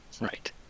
Right